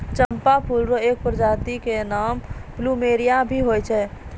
चंपा फूल र एक प्रजाति र नाम प्लूमेरिया भी होय छै